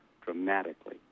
dramatically